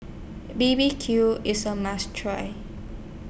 B B Q IS A must Try